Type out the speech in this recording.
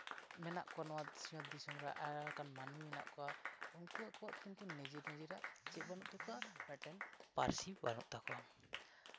ᱢᱮᱱᱟᱜ ᱠᱚᱣᱟ ᱱᱚᱣᱟ ᱥᱤᱧᱚᱛ ᱫᱤᱥᱚᱢ ᱨᱮ ᱟᱭᱢᱟ ᱞᱮᱠᱟᱱ ᱢᱟᱹᱱᱢᱤ ᱢᱮᱱᱟᱜ ᱠᱚᱣᱟ ᱩᱱᱠᱩ ᱟᱠᱚᱣᱟᱜ ᱠᱤᱱᱛᱩ ᱱᱤᱡᱮᱨ ᱱᱤᱡᱮᱨᱟᱜ ᱪᱮᱫ ᱵᱟᱹᱱᱩᱜ ᱛᱟᱠᱚᱣᱟ ᱢᱤᱫᱴᱮᱱ ᱯᱟᱹᱨᱥᱤ ᱵᱟᱹᱱᱩᱜ ᱛᱟᱠᱚᱣᱟ